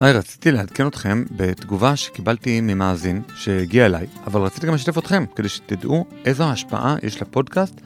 היי, רציתי לעדכן אתכם בתגובה שקיבלתי ממאזין שהגיעה אליי, אבל רציתי גם לשתף אתכם, כדי שתדעו איזו ההשפעה יש לפודקאסט.